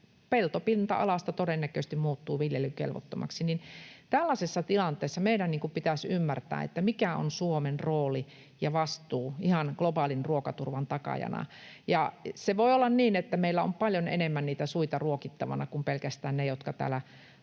peltopinta-alasta todennäköisesti muuttuu viljelykelvottomaksi — niin tällaisessa tilanteessa meidän pitäisi ymmärtää, mikä on Suomen rooli ja vastuu ihan globaalin ruokaturvan takaajana. Voi olla niin, että meillä on paljon enemmän niitä suita ruokittavana kuin pelkästään ne, jotka täällä